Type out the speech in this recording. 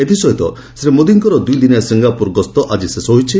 ଏଥିସହିତ ଶ୍ରୀ ମୋଦିଙ୍କର ଦୁଇଦିନିଆ ସିଙ୍ଗାପୁର ଗସ୍ତ ଆଜି ଶେଷ ହୋଇଛି